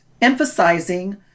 emphasizing